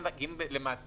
אנחנו עובדים עם משרדי